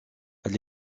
elle